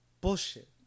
Bullshit